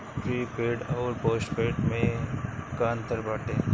Prepaid अउर postpaid में का अंतर बाटे?